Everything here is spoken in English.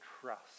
trust